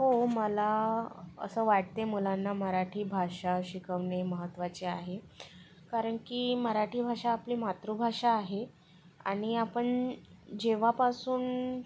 हो मला असं वाटते मुलांना मराठी भाषा शिकवणे महत्वाचे आहे कारण की मराठी भाषा आपली मातृभाषा आहे आणि आपण जेव्हापासून